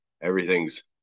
everything's